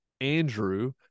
Andrew